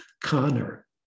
Connor